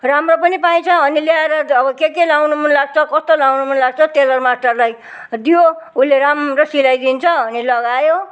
राम्रो पनि पाइन्छ अनि ल्याएर अब के के लगाउनु मनलाग्छ कस्तो लगाउनु मनलाग्छ टेलर मास्टरलाई दियो उसले राम्रो सिलाइदिन्छ अनि लगायो